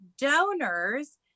donors